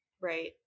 Right